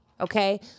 okay